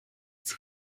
sie